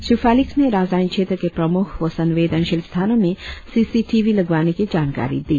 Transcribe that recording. Shri Felix ने राजधानी क्षेत्र के प्रमुख व संवेदनशील स्थानों में सी सी टी वी लगवाने के जानकारी दी